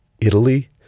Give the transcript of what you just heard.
Italy